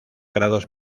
grados